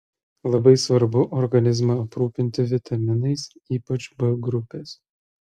labai svarbu organizmą aprūpinti vitaminais ypač b grupės